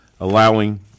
allowing